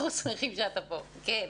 בבקשה.